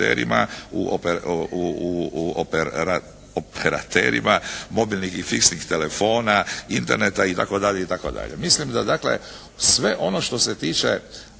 u operaterima mobilnih i fiksnih telefona, interneta itd. itd. Mislim da dakle sve ono što se tiče